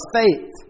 faith